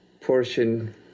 portion